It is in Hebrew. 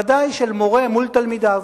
ודאי של מורה מול תלמידיו.